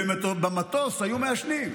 במטוס היו מעשנים.